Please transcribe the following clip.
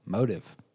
motive